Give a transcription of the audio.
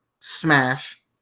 Smash